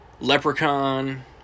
Leprechaun